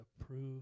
approve